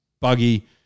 buggy